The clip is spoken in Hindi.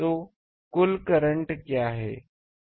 तो कुल करंट क्या है